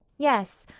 yes.